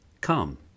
Come